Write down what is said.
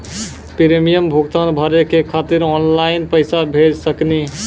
Premium भुगतान भरे के खातिर ऑनलाइन पैसा भेज सकनी?